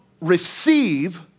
receive